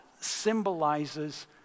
symbolizes